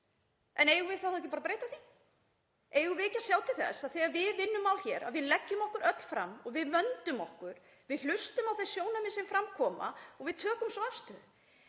En eigum við þá ekki bara að breyta því? Eigum við ekki að sjá til þess þegar við vinnum mál hér að við leggjum okkur öll fram og vöndum okkur, hlustum á þau sjónarmið sem fram koma og tökum svo afstöðu?